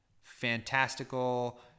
fantastical